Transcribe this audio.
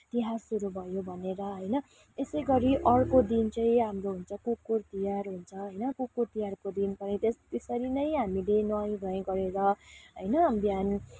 तिहार सुरु भयो भनेर होइन यसैगरी अर्को दिन चाहिँ हाम्रो हुन्छ कुकुर तिहार दिन पनि त्यसरी नै हामीले नुहाइ धुवाइ गरेर होइन बिहान